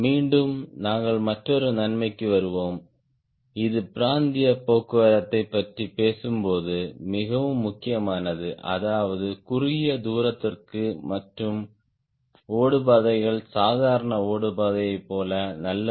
மீண்டும் நாங்கள் மற்றொரு நன்மைக்கு வருவோம் இது பிராந்திய போக்குவரத்தைப் பற்றி பேசும்போது மிகவும் முக்கியமானது அதாவது குறுகிய தூரத்திற்கு மற்றும் ஓடுபாதைகள் சாதாரண ஓடுபாதையைப் போல நல்லவை